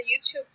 YouTube